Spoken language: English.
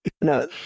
No